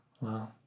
Wow